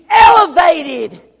elevated